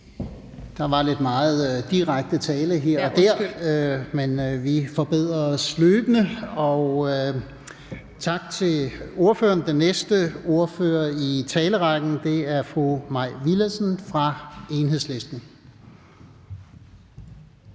der. (Birgitte Bergmann (KF): Ja, undskyld). Men vi forbedrer os løbende, og tak til ordføreren. Den næste ordfører i talerrækken er fru Mai Villadsen fra Enhedslisten.